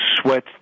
Sweat